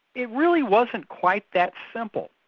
it really wasn't quite that simple.